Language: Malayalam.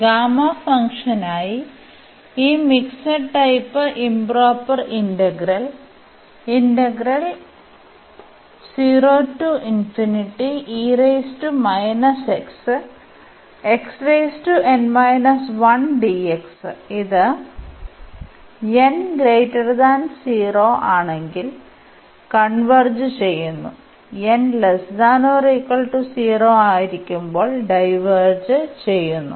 ഗാമ ഫംഗ്ഷനായി ഈ മിക്സഡ് ടൈപ്പ് ഇoപ്രോപ്പർ ഇന്റഗ്രൽ ഇത് n 0 ആണെങ്കിൽ കൺവെർജ് ചെയ്യുന്നു n≤0 ആയിരിക്കുമ്പോൾ ഡൈവേർജ് ചെയ്യുന്നു